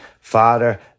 father